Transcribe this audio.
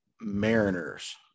Mariners